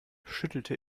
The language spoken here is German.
schüttelte